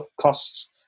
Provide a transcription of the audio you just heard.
costs